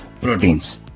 proteins